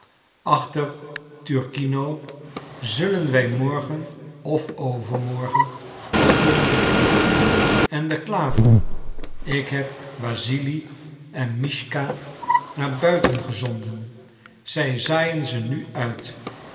achter turkino zullen wij morgen of overmorgen al kunnen beginnen en de klaver ik heb wassili en mischka naar buiten gezonden zij zaaien ze nu uit